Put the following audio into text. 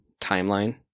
timeline